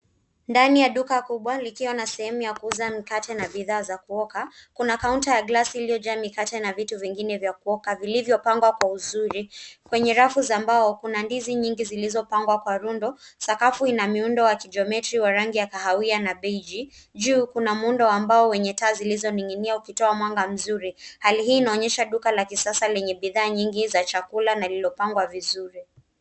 Ndani ya duka kubwa ikiwa na sehemu ya kuuza mkate na bidhaa za kuoka. Kuna kaunta ya glasi iliyojaa mikate na vitu zingine za kuoka zilizopangwa vizuri kwa uzuri. Kwenye rafu za mbao kuna ndizi nyingi zilizopangwa kwa rundo. Sakafu ina muundo wa kijiometria wa rangi ya kahawia na beiji. Juu kuna muundo wa mbao wenye taa zilizoning'inia ukitoa mwanga mzuri. Hali hii inaonyesha duka la kisasa lenye bidhaa nyingi za chakula na lililopangwa vizuri.